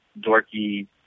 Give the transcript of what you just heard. dorky